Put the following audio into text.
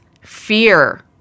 fear